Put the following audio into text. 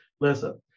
Listen